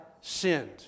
sinned